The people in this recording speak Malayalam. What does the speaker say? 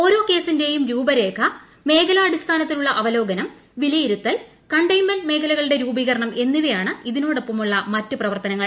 ഓരോ കേസിന്റെയും രൂപരേഖ മേഖലാടിസ്ഥാനത്തിലുള്ള അവലോകനം വിലയിരുത്തൽ കണ്ടെയിൻമെന്റ് മേഖലകളുടെ രൂപീകരണം എന്നിവയാണ് ഇതിനോടൊപ്പമുള്ള മറ്റ് പ്രവർത്തനങ്ങൾ